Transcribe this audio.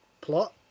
plot